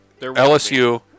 LSU